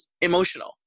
emotional